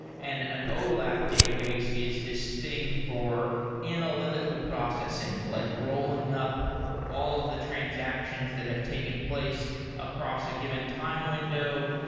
and an olap database is this thing for analytical processing, like rolling up all of the transactions that have taken place across a given time window.